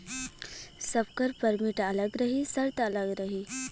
सबकर परमिट अलग रही सर्त अलग रही